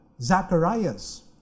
Zacharias